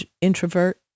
introvert